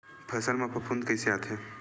फसल मा फफूंद कइसे आथे?